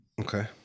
Okay